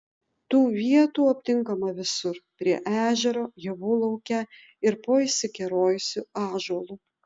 tų vietų aptinkama visur prie ežero javų lauke ir po išsikerojusiu ąžuolu